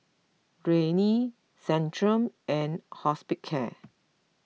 Rene Centrum and Hospicare